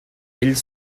ell